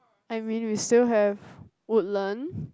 I mean we still have Woodland